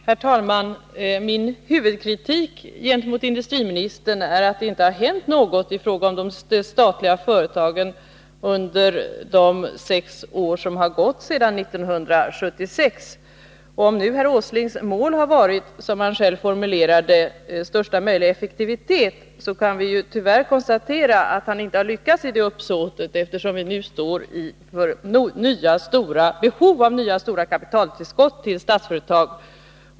Herr talman! Min huvudkritik gentemot industriministern går ut på att det inte har hänt något i fråga om de statliga företagen under de sex år som har gått sedan 1976. Om herr Åslings mål har varit — som han själv formulerar det —största möjliga effektivitet, kan vi tyvärr konstatera att han inte har lyckats i sitt uppsåt, eftersom vi nu står inför behovet av nya, stora kapitaltillskott till Statsföretag.